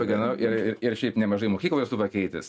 pagyvenau ir ir ir šiaip nemažai mokyklų esu pakeitęs